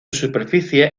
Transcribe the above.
superficie